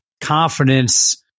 confidence